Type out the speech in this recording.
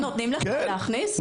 לא נותנים לכם להכניס סידור לכותל?